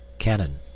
cannon